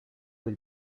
will